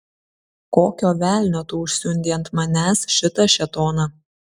kokio velnio tu užsiundei ant manęs šitą šėtoną